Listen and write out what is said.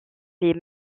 les